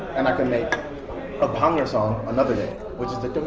and i could make a power song another day, which is